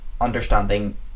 understanding